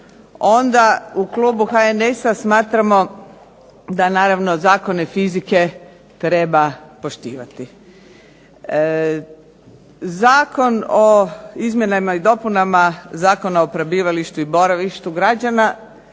onda u klubu HNS-a smatramo da naravno zakone fizike treba poštivati. Zakon o izmjenama i dopunama Zakona o prebivalištu i boravištu građana